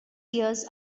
years